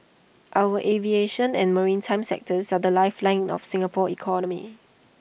our aviation and maritime sectors are the lifeline of Singapore's economy